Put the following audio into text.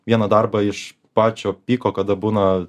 vieną darbą iš pačio pyko kada būna